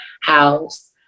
house